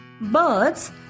Birds